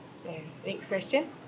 then next question um